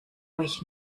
euch